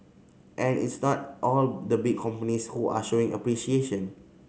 and it's not all the big companies who are showing appreciation